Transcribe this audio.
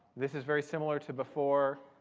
this is very similar to before.